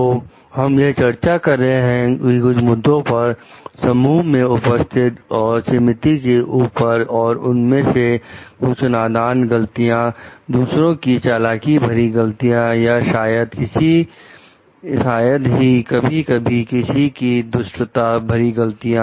तो हम यह चर्चा कर रहे हैं कि कुछ मुद्दों पर समूह में उपस्थित और समिति के ऊपर और उनमें से कुछ नादान गलतियां दूसरों की चालाकी भरी गलतियां या शायद ही कभी कभी किसी की दुष्टता भरी गलतियां